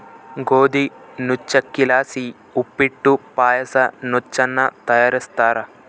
ಗೋದಿ ನುಚ್ಚಕ್ಕಿಲಾಸಿ ಉಪ್ಪಿಟ್ಟು ಪಾಯಸ ನುಚ್ಚನ್ನ ತಯಾರಿಸ್ತಾರ